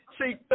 See